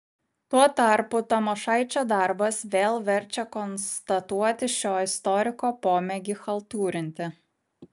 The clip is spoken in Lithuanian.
tuo tarpu tamošaičio darbas vėl verčia konstatuoti šio istoriko pomėgį chaltūrinti